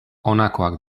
honakoak